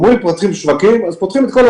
זאת אומרת, שמחר אתם יכולים להקפיץ את ה-R.